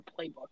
playbook